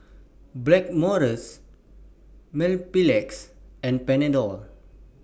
Blackmores Mepilex and Panadol